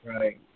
Right